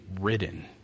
ridden